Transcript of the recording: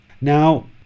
Now